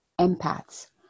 Empaths